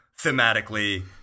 Thematically